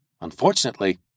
Unfortunately